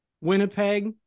Winnipeg